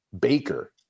baker